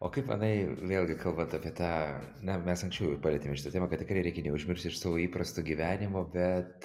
o kaip manai vėlgi kalbant apie tą na mes anksčiau jau palietėme šitą temą kad tikrai reikia neužmiršti ir savo įprasto gyvenimo bet